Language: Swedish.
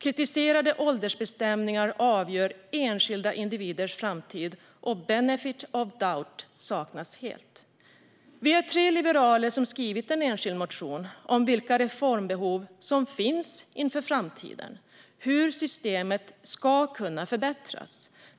Kritiserade åldersbestämningar avgör enskilda individers framtid, och benefit of the doubt saknas helt. Vi är tre liberaler som har skrivit en enskild motion om vilka reformbehov som finns inför framtiden och hur systemet ska förbättras.